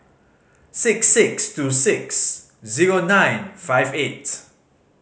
six six two six zero nine five eight